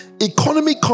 economy